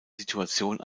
situation